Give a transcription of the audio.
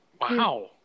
Wow